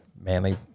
Manly